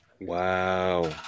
Wow